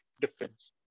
difference